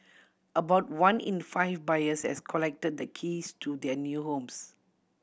about one in five buyers has collected the keys to their new homes